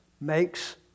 makes